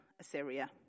Assyria